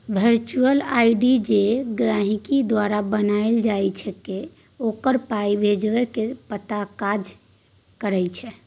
virtual ID जे गहिंकी द्वारा बनाएल जाइ छै ओ पाइ भेजबाक पताक काज करै छै